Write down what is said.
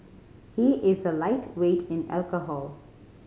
he is a lightweight in alcohol